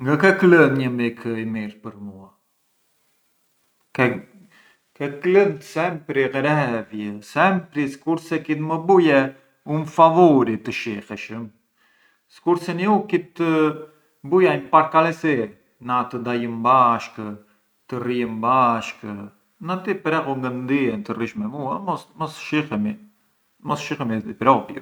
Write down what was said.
Ngë ke klënë një mik i mirë për mua, ke… ke klënë sempri ghrevjë, sempri skurse kit më buje un favuri të shiheshëm, skurseni u ki‘ të buja një parkalesi na të dajëm bashkë, të rrijëm bashkë, na ti preghu ngë ndien të rrish me mua, mos shihemi, mos shihemi di propriu.